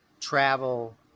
travel